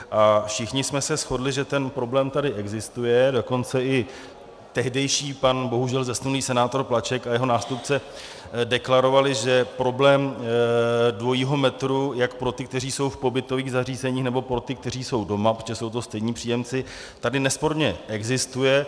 A všichni jsme se shodli, že ten problém tady existuje, dokonce i tehdejší pan, bohužel zesnulý, senátor Plaček a jeho nástupce deklarovali, že problém dvojího metru jak pro ty, kteří jsou v pobytových zařízeních, nebo pro ty, kteří jsou doma, protože jsou to stejní příjemci, tady nesporně existuje.